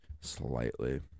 Slightly